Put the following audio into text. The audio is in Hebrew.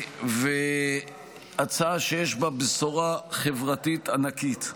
והיא הצעה שיש בה בשורה חברתית ענקית.